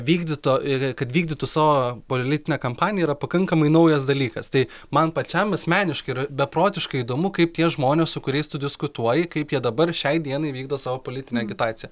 vykdyto kad vykdytų savo politinę kampaniją yra pakankamai naujas dalykas tai man pačiam asmeniškai yra beprotiškai įdomu kaip tie žmonės su kuriais tu diskutuoji kaip jie dabar šiai dienai vykdo savo politinę agitaciją